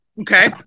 Okay